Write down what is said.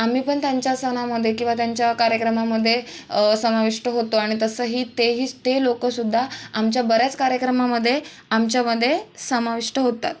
आम्ही पण त्यांच्या सणामध्ये किंवा त्यांच्या कार्यक्रमांमध्ये समाविष्ट होतो आणि तसंही ते ही ते लोक सुद्धा आमच्या बऱ्याच कार्यक्रमामध्ये आमच्यामध्ये समाविष्ट होतात